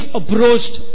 approached